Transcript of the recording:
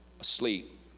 asleep